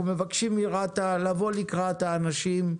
אנחנו מבקשים מרת"א לבוא לקראת האנשים.